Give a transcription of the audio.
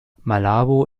malabo